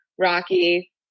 rocky